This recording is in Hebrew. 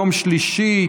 יום שלישי,